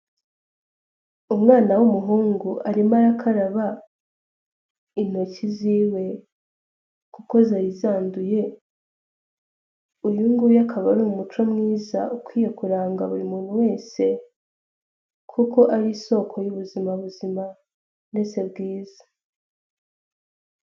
Umwana w'umuhungu arimo arakaraba intoki ziwe kuko zari zanduye, uyu nguyu akaba ari umuco mwiza ukwiye kuranga buri muntu wese kuko ari isoko y'ubuzima buzima ndetse bwiza.